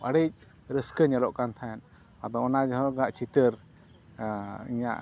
ᱟᱹᱰᱤ ᱨᱟᱹᱥᱠᱟᱹ ᱧᱮᱞᱚᱜ ᱠᱟᱱ ᱛᱟᱦᱮᱸ ᱟᱫᱚ ᱚᱱᱟ ᱡᱚᱦᱚᱜᱼᱟ ᱪᱤᱛᱟᱹᱨ ᱤᱧᱟᱹᱜ